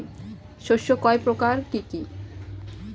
শস্য কয় প্রকার কি কি?